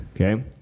Okay